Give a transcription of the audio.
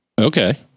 Okay